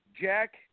Jack